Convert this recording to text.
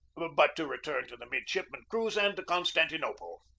but to return to the midshipman cruise and to constantinople.